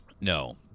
No